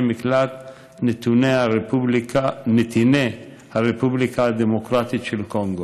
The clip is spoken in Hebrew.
מקלט נתיני הרפובליקה הדמוקרטית של קונגו.